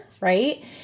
right